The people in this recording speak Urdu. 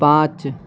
پانچ